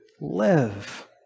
live